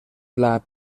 pla